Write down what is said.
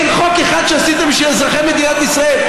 אין חוק אחד שעשיתם בשביל אזרחי מדינת ישראל.